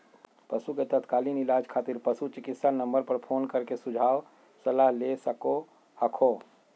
पशु के तात्कालिक इलाज खातिर पशु चिकित्सा नम्बर पर फोन कर के सुझाव सलाह ले सको हखो